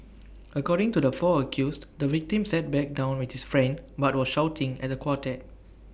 according to the four accused the victim sat back down with his friend but was shouting at the quartet